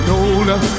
older